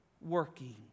working